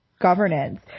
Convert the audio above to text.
governance